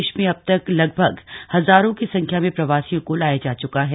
प्रदेश में अब तक लगभग हजारों की संख्या में प्रवासियों को लाया जा चुका है